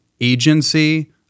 Agency